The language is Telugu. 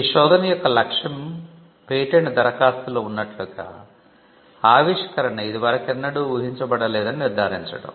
ఈ శోధన యొక్క లక్ష్యం పేటెంట్ దరఖాస్తులో ఉన్నట్లుగా ఆవిష్కరణ ఇదివరకెన్నడు ఊహించబడ లేదని నిర్ధారించడం